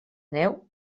neu